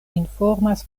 informas